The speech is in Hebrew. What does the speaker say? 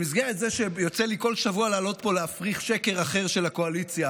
במסגרת זה שיוצא לי בכל שבוע לעלות לפה ולהפריך שקר אחר של הקואליציה,